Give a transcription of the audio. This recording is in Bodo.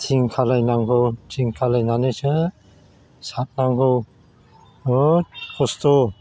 थिं खालायनांगौ थिं खालायनानैसो सारनांगौ बहुथ खस्थ'